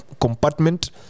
compartment